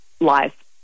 life